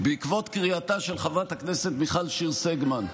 בעקבות קריאתה של חברת הכנסת מיכל שיר סגמן,